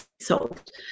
solved